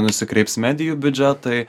nusikreips medijų biudžetai